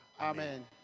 amen